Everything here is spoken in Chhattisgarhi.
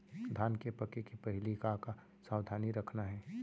धान के पके के पहिली का का सावधानी रखना हे?